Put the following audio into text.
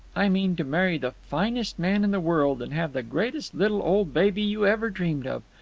i mean to marry the finest man in the world and have the greatest little old baby you ever dreamed of.